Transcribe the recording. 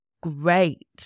great